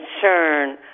concern